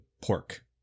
pork